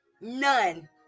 None